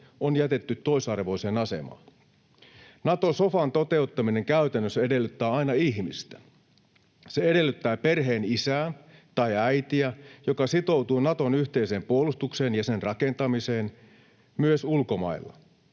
on jätetty toisarvoiseen asemaan. Nato-sofan toteuttaminen käytännössä edellyttää aina ihmistä, se edellyttää perheenisää tai ‑äitiä, joka sitoutuu Naton yhteiseen puolustukseen ja sen rakentamiseen myös ulkomailla.